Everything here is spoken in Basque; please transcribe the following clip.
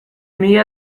mila